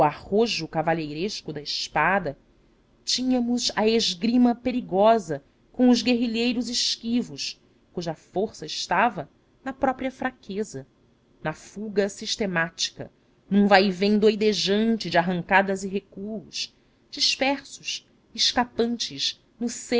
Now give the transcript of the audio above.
arrojo cavalheiresco da espada tínhamos a esgrima perigosa com os guerrilheiros esquivos cuja força estava na própria fraqueza na fuga sistemática num vaivém doudejante de arrancadas e recuos dispersos escapantes no